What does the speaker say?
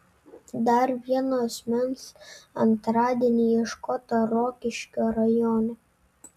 dar vieno asmens antradienį ieškota rokiškio rajone